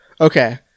Okay